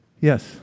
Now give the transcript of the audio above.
Yes